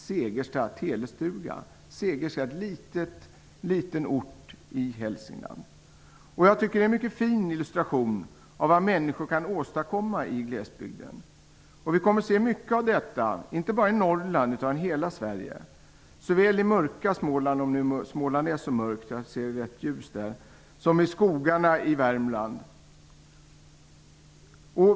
Segersta är en liten ort i Hälsingland. Jag tycker att det är en mycket fin illustration av vad människor kan åstadkomma i glesbygden. Vi kommer att se mycket av detta, inte bara i Norrland utan i hela Sverige, såväl i mörka Småland som i skogarna i Värmland -- om nu Småland är så mörkt.